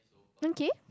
okay